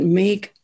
make